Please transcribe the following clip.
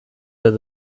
that